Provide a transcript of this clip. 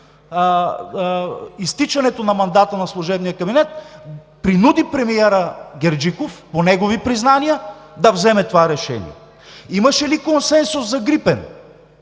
изтичането на мандата на служебния кабинет, принуди премиера Герджиков, по негови признания, да вземе това решение? Имаше ли консенсус за „Грипен“?